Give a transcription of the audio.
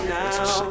now